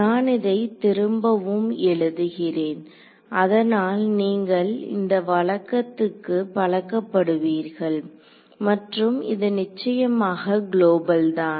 நான் இதை திரும்பவும் எழுதுகிறேன் அதனால் நீங்கள் இந்த வழக்கத்துக்கு பழக்கபடுவீர்கள் மற்றும் இது நிச்சயமாக குளோபல் தான்